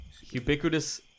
Ubiquitous